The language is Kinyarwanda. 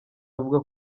avuga